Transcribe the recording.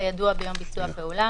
הידוע ביום ביצוע הפעולה,